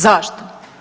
Zašto?